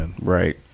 right